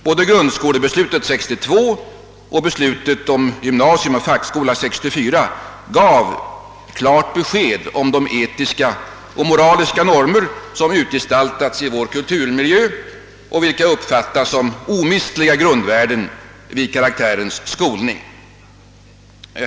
Både grundskolebeslutet 1962 och beslutet om gymnasium och fackskola 1964 gav klart besked om de etiska och moraliska normer som utgestaltats i vår kulturmiljö och som uppfattas som omistliga grundvärden vid karaktärens skolning.